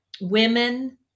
women